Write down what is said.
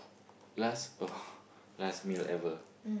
last oh last meal ever